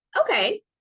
okay